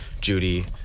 Judy